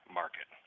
market